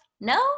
No